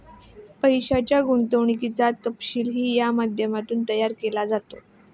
पैशाच्या गुंतवणुकीचा तपशीलही या माध्यमातून तयार केला जातो